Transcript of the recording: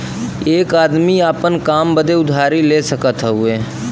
एक आदमी आपन काम बदे उधारी ले सकत हउवे